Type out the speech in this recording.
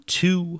two